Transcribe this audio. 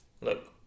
Look